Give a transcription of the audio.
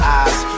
eyes